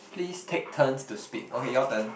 please take turns to speak okay your turn